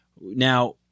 Now